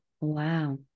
Wow